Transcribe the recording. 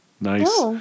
Nice